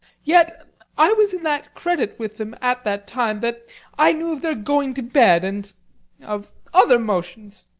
yet i was in that credit with them at that time that i knew of their going to bed and of other motions,